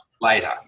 later